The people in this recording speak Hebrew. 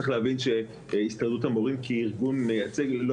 צריך להבין שהסתדרות המורים כארגון מייצג לא